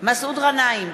מסעוד גנאים,